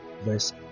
verse